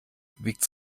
wiegt